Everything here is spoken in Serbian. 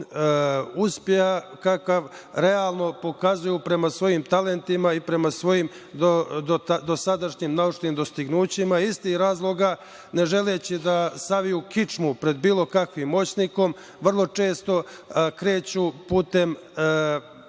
uspeha kakav realno pokazuju prema svojim talentima i prema svojim dosadašnjim naučnim dostignućima. Iz tih razloga, ne želeći da saviju kičmu prema bilo kom moćniku, vrlo često kreću putem